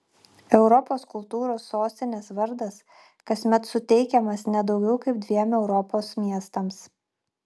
europos kultūros sostinės vardas kasmet suteikiamas ne daugiau kaip dviem europos miestams